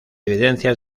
evidencias